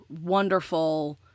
wonderful